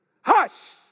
Hush